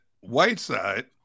Whiteside